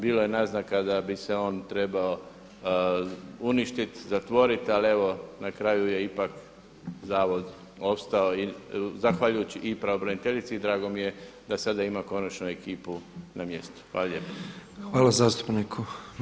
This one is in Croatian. Bilo je naznaka da bi se on trebao uništiti, zatvoriti ali evo na kraju je ipak zavod ostao i zahvaljujući i pravobraniteljici i drago mi je da sada ima konačno ekipu na mjestu.